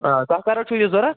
آ تۄہہِ کر حظ چھُو یہِ ضروٗرت